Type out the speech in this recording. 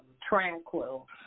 tranquil